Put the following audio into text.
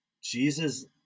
Jesus